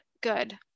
good